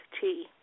tea